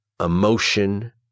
emotion